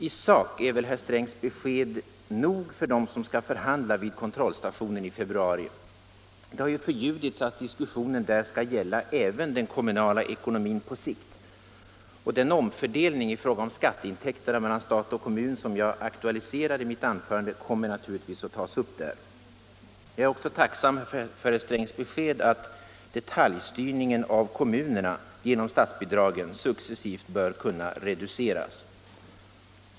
I sak är väl herr Strängs besked nog för dem som skall förhandla vid kontrollstationen i februari. Det har ju förljudits att diskussionen där skall gälla även den kommunala ekonomin på sikt, och den omfördelning i fråga om skatteintäkterna mellan stat och kommun som jag aktualiserade i mitt anförande kommer naturligtvis att tas upp där. Jag är också tacksam för herr Strängs besked att detaljstyrningen av kommunerna genom statsbidragen successivt bör kunna reduceras.